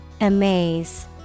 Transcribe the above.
Amaze